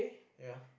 ya